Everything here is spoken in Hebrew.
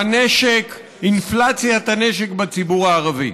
בנשק, אינפלציית הנשק בציבור הערבי.